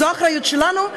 זו האחריות שלנו,